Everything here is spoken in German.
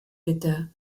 bitte